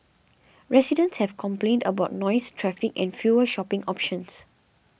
residents have complained about noise traffic and fewer shopping options